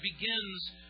begins